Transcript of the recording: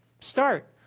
Start